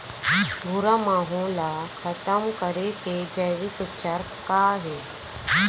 भूरा माहो ला खतम करे के जैविक उपचार का हे?